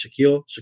Shaquille